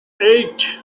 eight